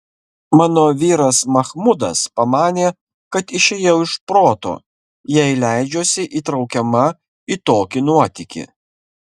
mano vyras machmudas pamanė kad išėjau iš proto jei leidžiuosi įtraukiama į tokį nuotykį